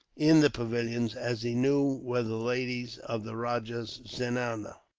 in the pavilions, as he knew, were the ladies of the rajah's zenana.